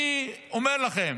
אני אומר לכם: